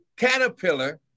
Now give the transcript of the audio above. Caterpillar